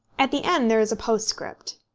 at the end there is a postscript